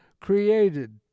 created